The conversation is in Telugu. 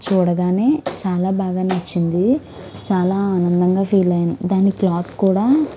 చూడగానే చాలా బాగా నచ్చింది చాలా ఆనందంగా ఫీల్ అయ్యాను దాన్ని క్లాత్ కూడా